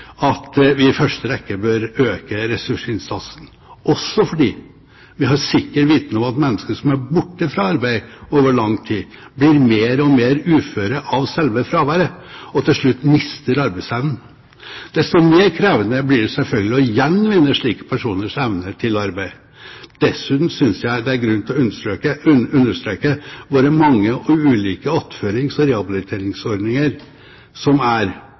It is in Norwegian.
at vi i første rekke bør øke ressursinnsatsen, også fordi vi har sikker viten om at mennesker som har vært borte fra arbeid over lang tid, blir mer og mer uføre av selve fraværet, og til slutt mister arbeidsevnen. Desto mer krevende blir det selvfølgelig å gjenvinne slike personers evne til å arbeide. Dessuten synes jeg det er grunn til å understreke våre mange og ulike attførings- og rehabiliteringsordninger som er